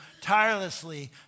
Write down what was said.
tirelessly